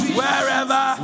wherever